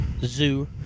zoo